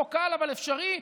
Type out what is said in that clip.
לא קל אבל אפשרי.